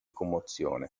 commozione